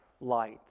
light